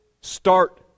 start